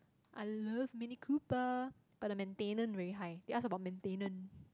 I love mini cooper but the maintenance very high they ask about maintenance